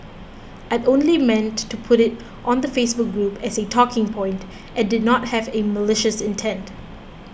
I'd only meant to put it on the Facebook group as a talking point and did not have in malicious intent